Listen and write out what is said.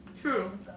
True